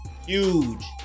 huge